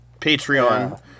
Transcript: Patreon